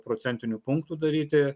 procentinių punktų daryti